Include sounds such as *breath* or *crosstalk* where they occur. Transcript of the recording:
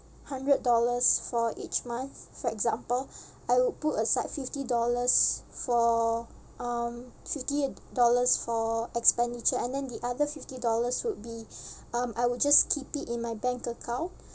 hundred dollars for each month for example I would put aside fifty dollars for um fifty dollars for expenditure and then the other fifty dollars would be *breath* um I would just keep it in my bank account